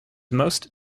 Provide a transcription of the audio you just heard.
most